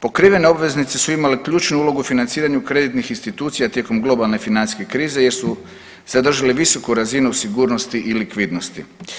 Pokrivene obveznice su imale ključnu ulogu u financiranju kreditnih institucija tijekom globalne financijske krize jer su zadržale visoku razinu sigurnosti i likvidnosti.